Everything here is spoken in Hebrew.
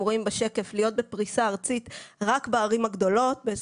רואים בשקף להיות בפריסה ארצית רק בערים הגדולות,